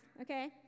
okay